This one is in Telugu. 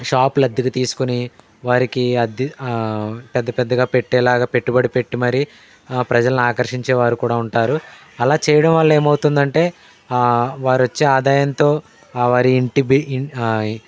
షాపులు అద్దెకి తీసుకుని వారికి అద్ది పెద్ద పెద్దగా పెట్టెలాగా పెట్టుబడి పెట్టి మరి ప్రజలను ఆకర్షించే వారు కూడా ఉంటారు అలా చేయడం వల్ల ఏమవుతుందంటే వారు వచ్చే ఆదాయంతో వారి ఇంటి బి ఈ